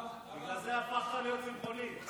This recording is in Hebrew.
בגלל זה הפכת להיות צמחוני.